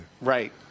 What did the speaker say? Right